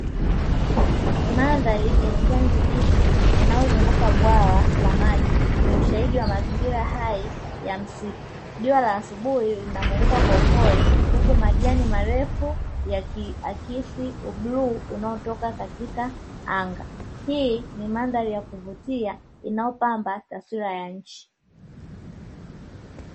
Mandhari ya kijani kibichi, inayozunguka bwawa la maji, ni ushahidi wa mazingira hai ya msitu. Jua la asubui linamulika kwa upole, huku majani marefu yakiakisi ubluu unaotoka katika anga, hii ni mandhari ya kuvutia inayopamba taswira ya nchi.